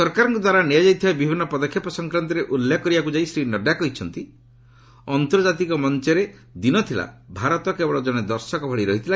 ସରକାରଙ୍କ ଦ୍ୱାରା ନିଆଯାଇଥିବା ବିଭିନ୍ନ ପଦକ୍ଷେପ ସଂକ୍ରାନ୍ତରେ ଉଲ୍ଲେଖ କରିବାକୁ ଯାଇ ଶ୍ରୀ ନଡ୍ରା କହିଛନ୍ତି ଆନ୍ତର୍ଜାତିକ ମଞ୍ଚରେ ଦିନ ଥିଲା ଭାରତ କେବଳ ଜଣେ ଦର୍ଶକ ଭଳି ରହିଥିଲା